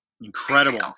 Incredible